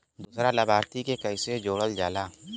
दूसरा लाभार्थी के कैसे जोड़ल जाला?